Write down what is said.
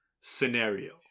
scenario